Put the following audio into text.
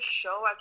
show